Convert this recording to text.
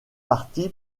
parti